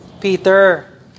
Peter